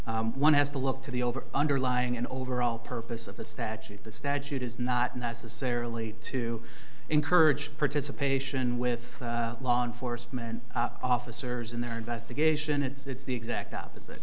briefs one has to look to the over underlying an overall purpose of the statute the statute is not necessarily to encourage participation with law enforcement officers in their investigation it's the exact opposite